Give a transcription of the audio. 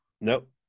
Nope